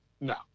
No